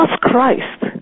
Christ